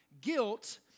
Guilt